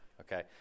Okay